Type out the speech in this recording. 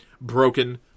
broken